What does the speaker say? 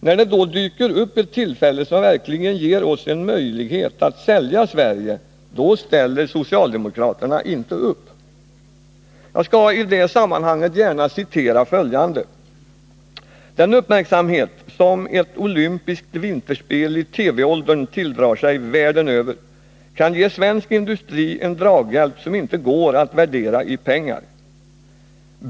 När det då dyker upp ett tillfälle som verkligen ger oss en möjlighet att sälja Sverige, då ställer socialdemokraterna inte upp. Jag vill i detta sammanhang gärna citera följande: ”Den uppmärksamhet som ett olympiskt vinterspel i TV-åldern tilldrar sig världen över kan ge svensk industri en draghjälp som inte går att värdera i pengar.